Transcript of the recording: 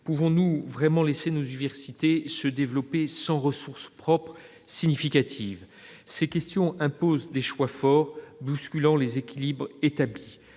la ministre, laisser nos universités se développer sans ressources propres significatives ? Ces questions imposent des choix forts, bousculant les équilibres établis.